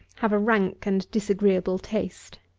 have a rank and disagreeable taste.